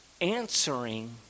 answering